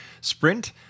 Sprint